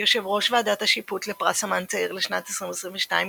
יו"ר ועדת השיפוט לפרס אמן צעיר לשנת 2022,